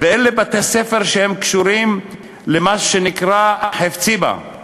ואלה בתי-ספר שקשורים למה שנקרא חפציב"ה,